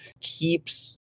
keeps